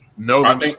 No